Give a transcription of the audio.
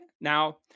Now